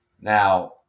Now